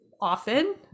often